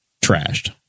Trashed